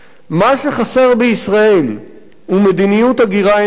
מה שחסר בישראל הוא מדיניות הגירה אנושית,